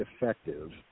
effective